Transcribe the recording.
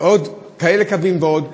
כאלה קווים ועוד,